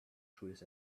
trees